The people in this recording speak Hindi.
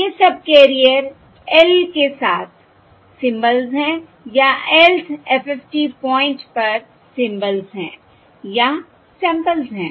ये सबकेरियर l के साथ सिंबल्स हैं या lth FFT पॉइंट पर सिंबल्स हैं या सैंपल्स हैं